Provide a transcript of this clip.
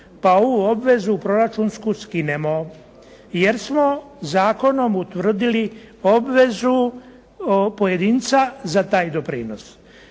pa ovu obvezu proračunsku skinemo jer smo zakonom utvrdili obvezu pojedinca za taj doprinos.